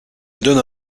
donnes